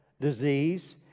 disease